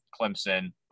Clemson